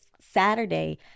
Saturday